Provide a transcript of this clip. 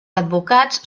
advocats